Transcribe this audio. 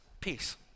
peace